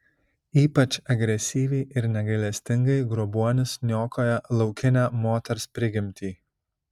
ypač agresyviai ir negailestingai grobuonis niokoja laukinę moters prigimtį